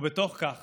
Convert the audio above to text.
ובתוך כך